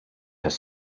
has